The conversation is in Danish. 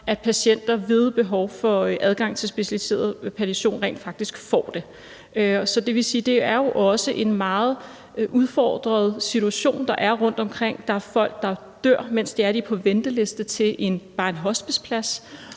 at patienter, som har behov for adgang til specialiseret palliation, rent faktisk får det. Så det er jo også en meget udfordret situation, der er rundtomkring. Der er folk, der dør, mens de er på venteliste til bare en hospiceplads.